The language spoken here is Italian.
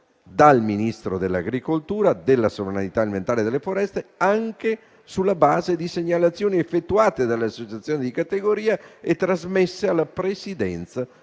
dal Ministro dell'agricoltura, della sovranità alimentare e delle foreste, anche sulla base di segnalazioni effettuate dalle associazioni di categoria e trasmesse alla Presidenza